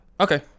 Okay